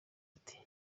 ati